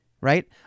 right